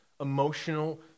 emotional